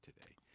today